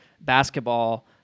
basketball